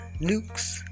nukes